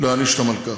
להעניש אותם על כך.